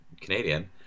canadian